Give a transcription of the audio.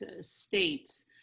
states